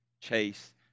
Chase